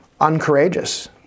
uncourageous